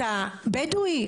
אתה בדואי?